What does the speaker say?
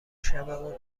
شبمون